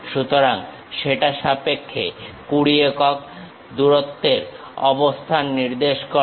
সুতরাং সেটা সাপেক্ষে কুড়ি একক দূরত্বের অবস্থান নির্দেশ করো